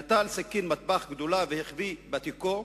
נטל סכין מטבח גדולה והחביא בתיקו,